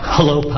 Hello